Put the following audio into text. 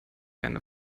eine